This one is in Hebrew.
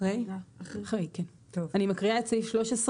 אני מקריאה את סעיף 13,